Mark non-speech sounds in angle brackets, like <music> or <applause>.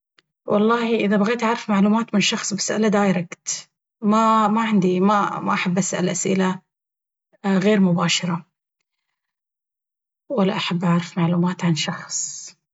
والله إذا بغيت أعرف معلومات عن شخص بسأله دايركت. <hesitation> ماعندي ما أحب أسأل أسئلة غير مباشرة... ولا أحب أعرف معلومات عن شخص.